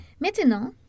Maintenant